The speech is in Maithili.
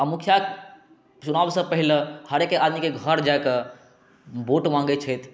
आओर मुखिया चुनावसँ पहिले हरेक आदमीके घर जाके वोट माँगै छथि